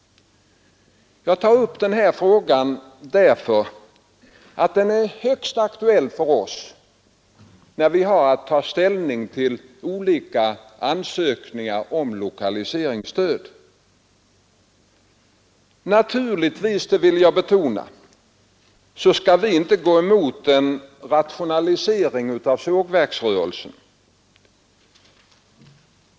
Jag tar upp denna fråga därför att den är högst aktuell för oss, när vi har att ta ställning till olika ansökningar om lokaliseringsstöd. Naturligtvis — det vill jag betona — skall vi inte gå emot en rationalisering av sågverksrörelsen.